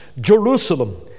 Jerusalem